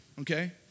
okay